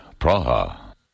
Praha